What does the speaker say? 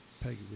Peggy